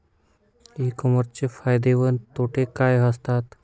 E कॉमर्सचे फायदे व तोटे काय असतात?